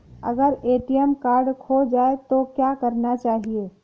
अगर ATM card खो जाए तो क्या करना चाहिए?